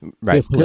Right